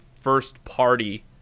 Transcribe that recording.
first-party